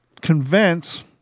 convince